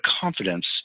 confidence